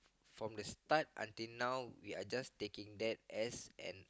from the start until now we're just taking that as an